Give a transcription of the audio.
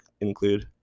include